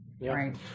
Right